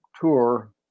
tour